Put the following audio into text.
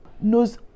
knows